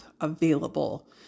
available